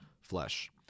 flesh